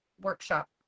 workshop